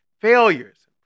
failures